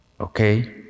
Okay